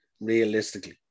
realistically